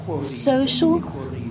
social